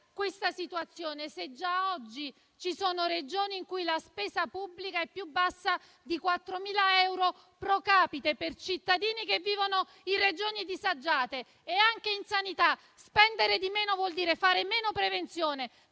questa situazione, se già oggi ci sono Regioni disagiate in cui la spesa pubblica è più bassa di 4.000 euro *pro capite* per i cittadini che ci vivono. Anche in sanità spendere di meno vuol dire fare meno prevenzione,